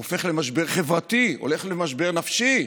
הוא הופך למשבר חברתי והולך למשבר נפשי.